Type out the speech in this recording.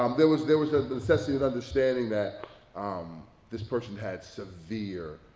um there was there was the necessity of understanding that um this person had severe,